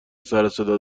سروصدا